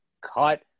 cut